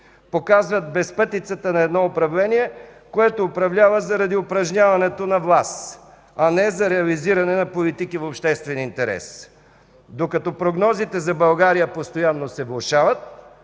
Показват безпътицата на едно управление, което управлява заради упражняването на власт, а не за реализирането на политики в обществен интерес. Докато прогнозите за България постоянно се влошават,